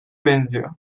benziyor